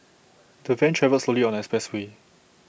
the van travelled slowly on the expressway